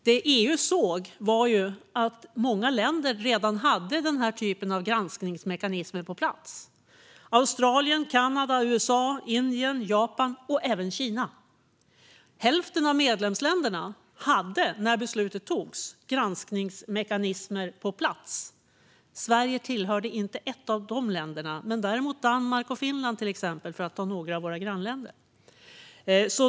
Det som EU såg var att många länder redan hade denna typ av granskningsmekanism på plats: Australien, Kanada, USA, Indien, Japan och även Kina. Hälften av medlemsländerna hade granskningsmekanismer på plats när beslutet togs. Sverige tillhörde inte dessa länder, men däremot Danmark och Finland, för att nämna några av våra grannländer.